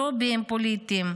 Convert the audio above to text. ג'ובים פוליטיים,